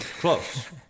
close